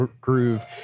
groove